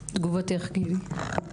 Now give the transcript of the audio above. תגובתך, גילי.